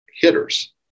hitters